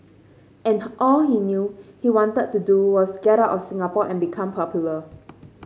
and all he knew he wanted to do was get out of Singapore and become popular